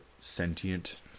sentient